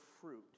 fruit